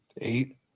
Eight